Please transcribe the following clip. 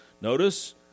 Notice